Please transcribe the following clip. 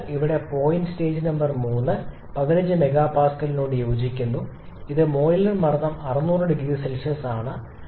അതിനാൽ ഇവിടെ point stage number three 15 MPa യോജിക്കുന്നു ഇത് ബോയിലർ മർദ്ദവും 600 0C ആണ്